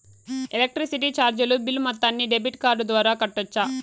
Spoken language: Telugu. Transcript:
ఎలక్ట్రిసిటీ చార్జీలు బిల్ మొత్తాన్ని డెబిట్ కార్డు ద్వారా కట్టొచ్చా?